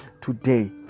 today